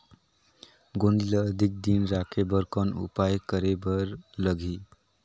गोंदली ल अधिक दिन राखे बर कौन उपाय करे बर लगही?